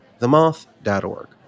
themoth.org